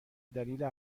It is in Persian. دلیل